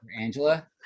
Angela